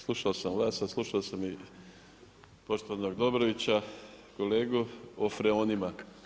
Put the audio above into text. Slušao sam vas, a slušao sam i poštovanog Dobrovića kolegu o freonima.